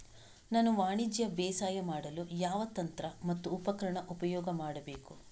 ನಾನು ವಾಣಿಜ್ಯ ಬೇಸಾಯ ಮಾಡಲು ಯಾವ ಯಂತ್ರ ಮತ್ತು ಉಪಕರಣ ಉಪಯೋಗ ಮಾಡಬೇಕು?